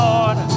Lord